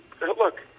look